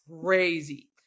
crazy